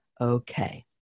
okay